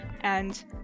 and-